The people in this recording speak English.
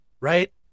right